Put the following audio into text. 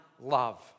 love